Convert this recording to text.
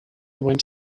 went